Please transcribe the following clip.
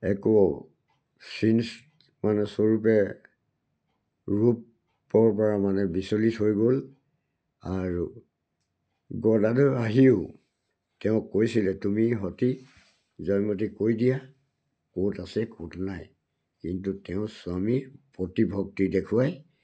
একো চিন মানে স্বৰূপে ৰূপৰপৰা মানে বিচলিত হৈ গ'ল আৰু গদাধৰ আহিও তেওঁক কৈছিলে তুমি সতী জয়মতী কৈ দিয়া ক'ত আছে ক'ত নাই কিন্তু তেওঁ স্বামীৰ পতি ভক্তি দেখুৱাই